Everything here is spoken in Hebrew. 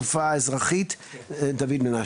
ושאלנו: מדוע?